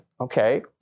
Okay